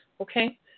Okay